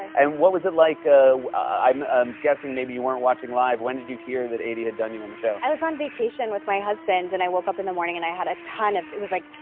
and what was it like? ah i'm um guessing maybe you weren't watching live. when did you hear that aidy had done you on the show? i was on vacation with my husband, and i woke up in the morning, and i had a ton of it was like,